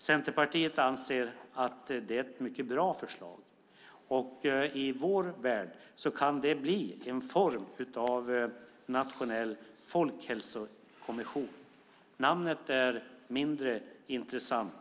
Centerpartiet anser att det är ett mycket bra förslag. I vår värld kan det bli en form av nationell folkhälsokommission. Namnet är mindre intressant.